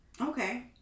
Okay